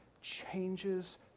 Changes